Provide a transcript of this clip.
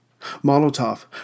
Molotov